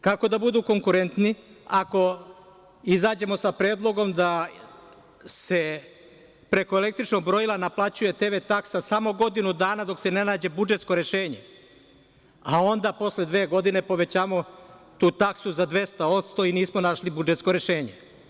Kako da budu konkurentni ako izađemo sa predlogom da se preko električnog brojila naplaćuje TV taksa samo godinu dana dok se ne nađe budžetsko rešenje, a onda posle dve godine povećamo tu taksu za 200% i nismo našli budžetsko rešenje?